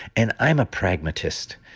and i'm a pragmatist.